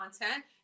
content